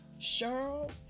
Cheryl